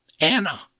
Anna